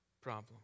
problem